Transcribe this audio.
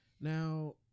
Now